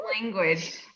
language